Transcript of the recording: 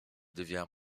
devient